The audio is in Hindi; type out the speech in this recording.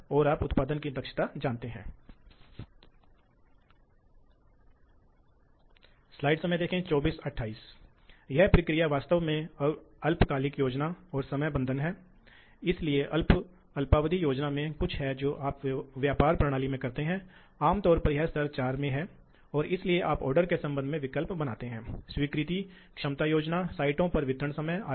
कभी कभी ऐसा हो सकता है कि आप जानते हैं कि वहाँ एक है थोड़े समय के लिए समरूपता में मौजूद सामग्री के कारण कभी कभी ये धारें अचानक बहुत अधिक मूल्यों तक बढ़ सकती हैं लेकिन यह काटने को प्रभावित नहीं करना चाहिए